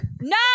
No